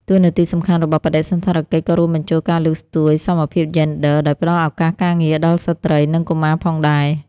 តួនាទីសំខាន់របស់បដិសណ្ឋារកិច្ចក៏រួមបញ្ចូលការលើកស្ទួយសមភាពយ៉េនឌ័រ ដោយផ្តល់ឱកាសការងារដល់ស្ត្រី និងកុមារផងដែរ។